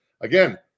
Again